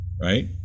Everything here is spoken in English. right